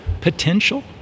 potential